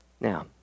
Now